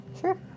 Sure